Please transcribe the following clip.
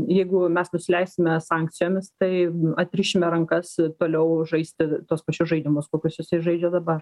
jeigu mes nusileisime sankcijomis tai atrišime rankas ir toliau žaisti tuos pačius žaidimus kokius jisai žaidžia dabar